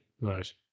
Right